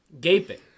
Gaping